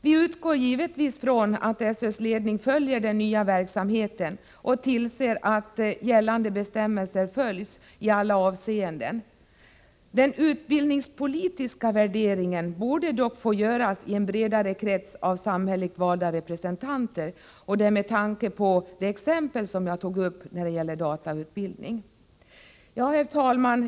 Vi utgår givetvis från att SÖ:s ledning följer den nya verksamheten och tillser att gällande bestämmelser efterlevs i alla avseenden. Den utbildningspolitiska värderingen borde dock få göras i en bredare krets av samhälleligt valda representanter — detta med tanke på det exempel som jag tog upp beträffande datautbildningen. Herr talman!